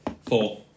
Four